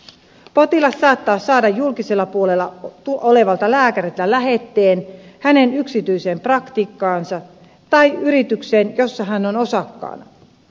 potilas saattaa saada julkisella puolella olevalta lääkäriltä lähetteen tämän yksityiseen praktiikkaansa tai yritykseen jossa tämä on osakkaana